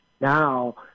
now